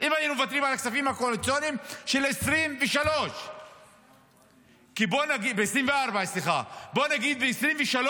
אם היינו מוותרים על הכספים הקואליציוניים של 2024. בואו נגיד שב-2023